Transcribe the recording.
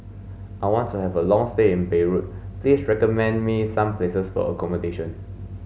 I want to have a long stay in Beirut please recommend me some places for accommodation